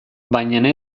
baina